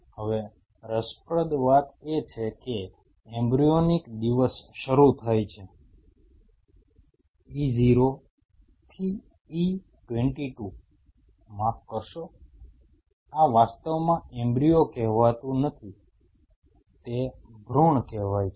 હવે રસપ્રદ વાત એ છે કે એમ્બ્રીયોનિક દિવસ શરૂ થાય છે E0 થી E22 માફ કરશો આ વાસ્તવમાં એમ્બ્રીયો કહેવાતું નથી તેને ભૃણ કહેવાય છે